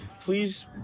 Please